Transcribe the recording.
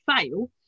fail